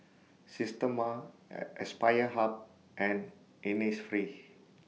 Systema Aspire Hub and Innisfree